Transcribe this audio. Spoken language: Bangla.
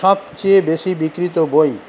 সবচেয়ে বেশি বিক্রিত বই